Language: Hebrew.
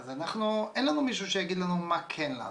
אנחנו, אין לנו מישהו שיגיד לנו מה כן לעשות.